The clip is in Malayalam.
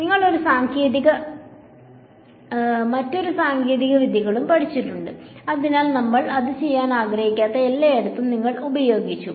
നിങ്ങൾ ഒരു സാങ്കേതികത ച്ചിട്ടുണ്ട് മറ്റൊരു സാങ്കേതിക വിദ്യകലും പഠിച്ചിട്ടില്ല അതിനാൽ നമ്മൾ അത് ചെയ്യാൻ ആഗ്രഹിക്കാത്ത എല്ലായിടത്തും നിങ്ങൾ പ്രയോഗിച്ചു